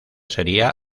sería